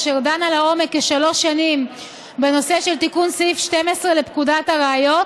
אשר דנה לעומק כשלוש שנים בנושא של תיקון סעיף 12 לפקודת הראיות.